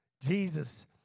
Jesus